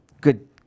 good